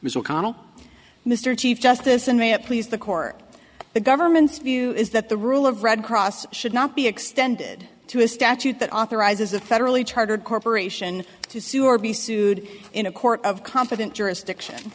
mr connell mr chief justice and may it please the court the government's view is that the rule of red cross should not be extended to a statute that authorizes a federally chartered corporation to sue or be sued in a court of competent jurisdiction